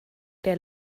der